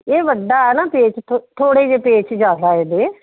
ਇਹ ਵੱਡਾ ਨਾ ਪੇਜ ਥੋ ਥੋੜ੍ਹੇ ਜਿਹੇ ਪੇਚ ਜ਼ਿਆਦਾ ਇਹਦੇ